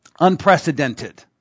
Unprecedented